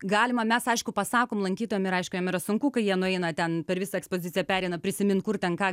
galima mes aišku pasakom lankytojam ir aišku jiem yra sunku kai jie nueina ten per visą ekspoziciją pereina prisimint kur ten ką